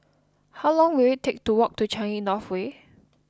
how long will it take to walk to Changi North Way